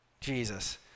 Jesus